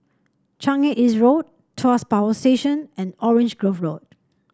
Changi East Road Tuas Power Station and Orange Grove Road